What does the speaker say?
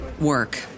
work